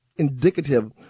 indicative